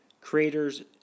creator's